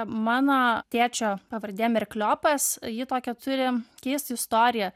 mano tėčio pavardė merkliopas ji tokią turi keistą istoriją